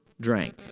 drank